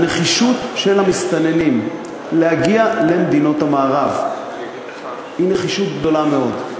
הנחישות של המסתננים להגיע למדינות המערב היא נחישות גדולה מאוד.